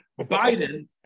Biden